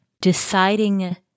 deciding